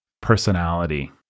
personality